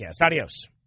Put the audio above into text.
Adios